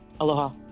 Aloha